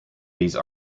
these